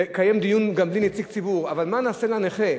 לקיים דיון גם בלי נציג ציבור, אבל מה נעשה לנכה?